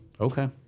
okay